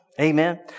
Amen